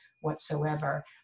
whatsoever